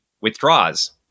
withdraws